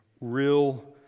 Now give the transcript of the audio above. real